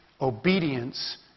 obedience